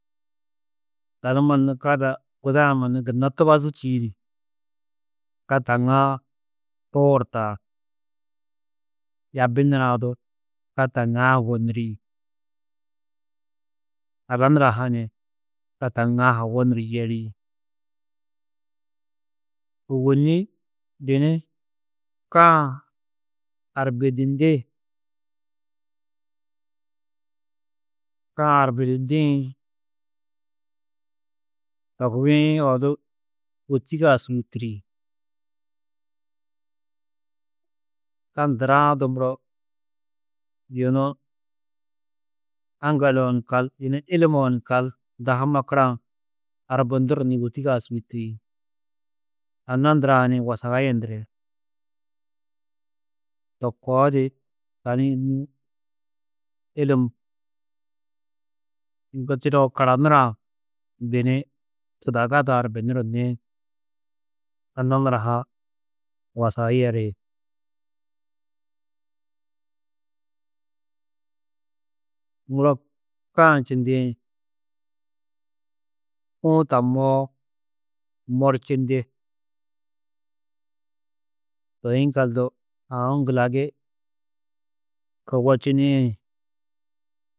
Tani mannu ka ada guda-ã mannu gunna tubazi čîidi ka taŋaã huuru tar. Yaabi nurã du ka taŋãa wenuri, ada nurã ha ni ka taŋãa ha wenuru yeri. Ôwonni bini ka-ã arbidindi, ka-ã arbidindĩ to kugiĩ odu wêtigea su yûturi. Ka nduraã du muro yunu aŋgaloo ni kal yunu îlimoo ni kal dahu makurã arbunduru ni wêtigea su yûturi. Anna ndurã ni wasaga yendiri. To koo di tani nû îlim ŋgo tedeu karanurã bini tudaga du arbinuru ni, anna nurã ha wasaga yeri. Muro ka-ã čindĩ huũ tammoó morčindi. Toi yiŋgaldu aũ ŋgulagi ko wečinĩ.